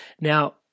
Now